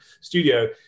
studio